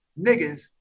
niggas